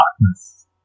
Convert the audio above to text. darkness